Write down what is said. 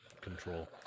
control